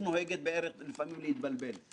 תקהה את הסקפטיות שלך.